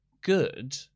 good